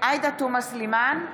עאידה תומא סלימאן,